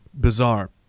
bizarre